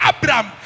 Abraham